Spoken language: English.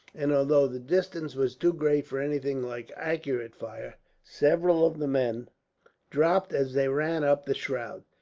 and although the distance was too great for anything like accurate fire, several of the men dropped as they ran up the shroud.